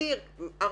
אני